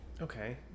Okay